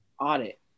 audit